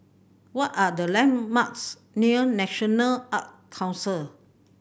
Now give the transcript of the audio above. what are the landmarks near National Art Council